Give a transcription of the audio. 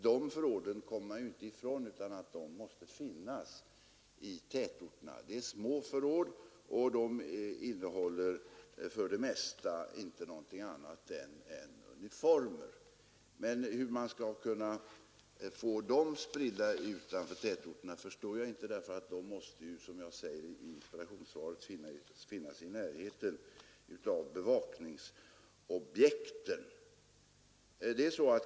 Vi kommer inte ifrån att dessa förråd måste finnas i tätorterna. Förråden är små och innehåller för det mesta ingenting annat än uniformer. Hur man skall få dessa förråd spridda utanför tätorterna förstår jag inte, därför att de måste, som jag säger i interpellationssvaret, finnas i närheten av bevakningsobjekten.